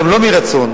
לא מרצון.